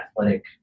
athletic